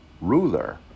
ruler